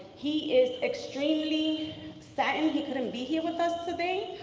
he is extremely saddened he couldn't be here with us today,